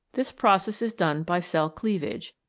this process is done by cell cleavage,